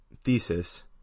thesis